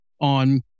on